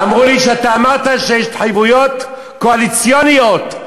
אמרו לי שאמרת שיש התחייבויות קואליציוניות.